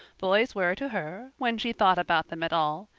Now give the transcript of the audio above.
boys were to her, when she thought about them at all,